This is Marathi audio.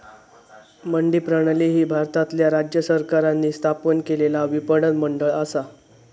मंडी प्रणाली ही भारतातल्या राज्य सरकारांनी स्थापन केलेला विपणन मंडळ असा